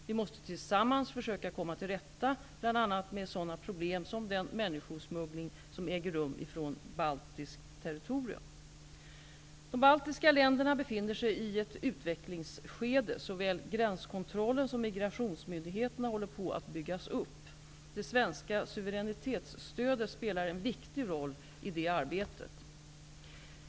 Vi måste tillsammans försöka komma till rätta bl.a. med sådana problem som den människosmuggling som äger rum från baltiskt territorium. De baltiska länderna befinner sig i ett utvecklingsskede. Såväl gränskontrollen som migrationsmyndigheterna håller på att byggas upp. Det svenska suveränitetsstödet spelar en viktig roll i detta arbete.